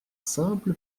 simple